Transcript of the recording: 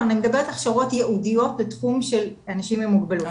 אני מדברת על הכשרות ייעודיות לתחום של אנשים עם מוגבלות,